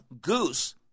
goose